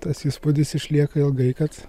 tas įspūdis išlieka ilgai kad